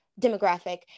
demographic